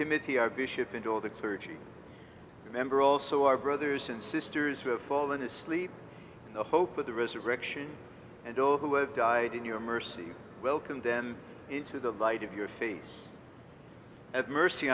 clergy remember also our brothers and sisters who have fallen asleep in the hope of the resurrection and all who have died in your mercy welcomed them into the light of your face at mercy